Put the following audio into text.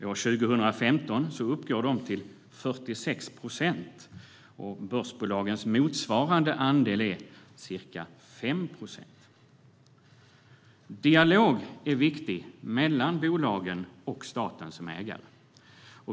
År 2015 uppgår de till 46 procent. Börsbolagens motsvarande andel är ca 5 procent. Dialog är viktig mellan bolagen och staten som ägare.